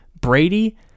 Brady